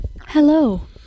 Hello